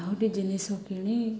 ଆହୁରି ଜିନିଷ କିଣି